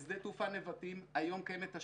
בשדה תעופה נבטים היום קיימת תשתית,